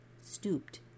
stooped